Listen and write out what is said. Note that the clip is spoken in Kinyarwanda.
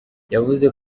yavuze